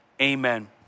Amen